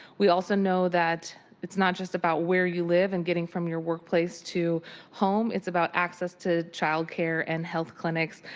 we also know that it's not just about where you live in getting from your workplace to home. it's about access to childcare, and health clinics,